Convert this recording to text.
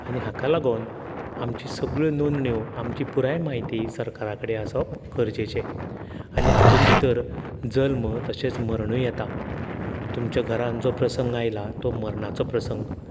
आनी हाका लागोन आमची सगल्यो नोंदण्यो आमची पुराय माहिती सरकारा कडेन आसप गरजेचें आनी हांतून भितर जर जल्म तशें मरणूय येता तुमच्या घरान जो प्रसंग आयला तो मरणाचो प्रसंग